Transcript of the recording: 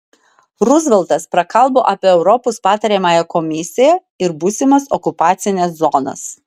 ruzveltas prakalbo apie europos patariamąją komisiją ir būsimas okupacines zonas